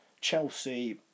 Chelsea